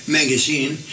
magazine